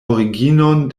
originon